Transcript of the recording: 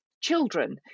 children